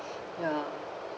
ya